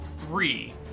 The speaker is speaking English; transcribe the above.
three